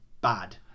bad